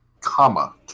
Comma